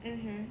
mmhmm